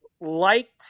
liked